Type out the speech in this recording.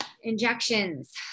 Injections